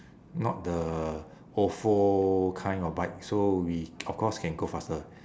not the ofo kind of bike so we of course can go faster